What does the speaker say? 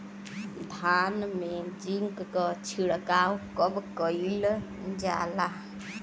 धान में जिंक क छिड़काव कब कइल जाला?